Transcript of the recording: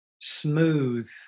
smooth